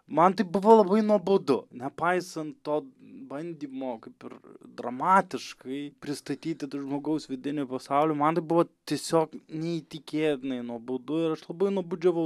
man tai buvo labai nuobodu nepaisant to bandymo kaip ir dramatiškai pristatyti tą žmogaus vidinį pasaulį man tai buvo tiesiog neįtikėtinai nuobodu ir aš labai nuobodžiavau